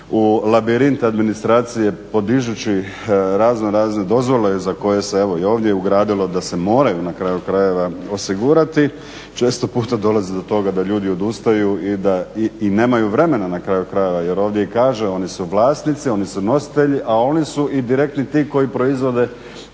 u labirint administracije podižući razno razne dozvole za koje se evo i ovdje ugradilo da se moraju na kraju krajeva osigurati, često puta dolazi do toga da ljudi odustaju i da i nemaju vremena na kraju krajeva jer ovdje i kaže oni su vlasnici, oni su nositelji a oni su i direktni ti koji proizvode